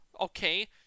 Okay